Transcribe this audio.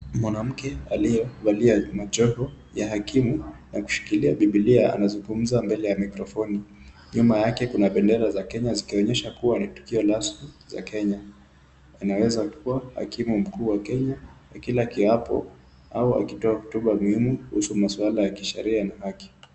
Mwanamke aliyevalia joho ya mahakimu akishikilia bibilia, anazungumza mbele ya microphone . Nyuma yake kuna bendera za Kenya, zikionyesha kuwa ni tukio rasmi za Kenya. Anaweza kuwa hakimu mkuu wa Kenya akila kiapo, au akitoa huduma muhimu kuhusu maswala ya kisheria ya haki.